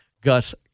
Gus